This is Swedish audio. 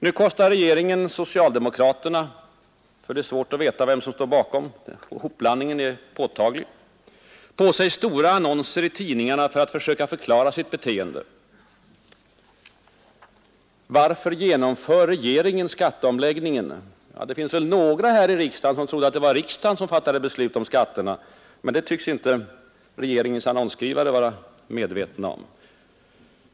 Nu kostar regeringen/socialdemokraterna — det är svårt att veta vem som står bakom, hopblandningen är påtaglig — på sig stora annonser i tidningarna för att försöka förklara sitt beteende. Varför genomför regeringen skatteomläggningen? Ja, det finns väl några här i riksdagen som trodde att det var riksdagen som fattade beslut om skatterna, fast det tycks inte regeringens annonsskrivare vara medvetna om.